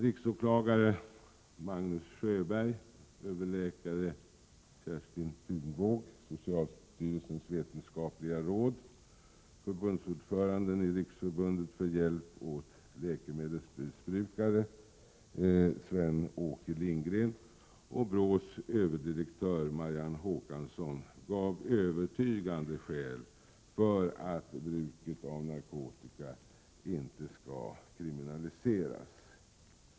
Riksåklagare Magnus Sjöberg, överläkare Kerstin Tunving, socialstyrelsens vetenskapliga råd, förbundsordföranden i Riksförbundet för hjälp åt läkemedelsmissbrukare, Sven-Åke Lindgren, och BRÅ:s överdirektör, Marianne Håkansson, gav övertygande skäl för att bruket av narkotika inte skall kriminaliseras.